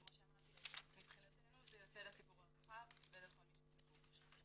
כמו שאמרתי מבחינתנו זה יוצא לציבור הרחב ולכל מי שזקוק.